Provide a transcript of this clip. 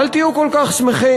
אל תהיו כל כך שמחים.